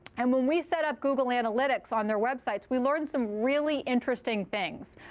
and when we set up google analytics on their websites, we learned some really interesting things.